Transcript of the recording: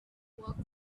work